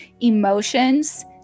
emotions